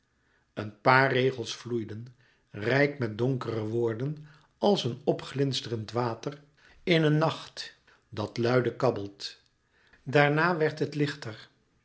een paar regels vloeiden rijk louis couperus metamorfoze met donkere woorden als een opglinsterend water in een nacht dat luide kabbelt daarna werd het lichter